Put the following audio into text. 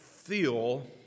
Feel